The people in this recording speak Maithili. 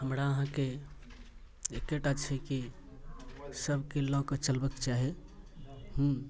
हमरा अहाँके एकैटा छै कि सभके लऽ कऽ चलबाक चाही हूँ